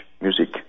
music